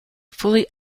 fully